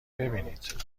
ببینید